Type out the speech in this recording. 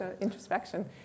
introspection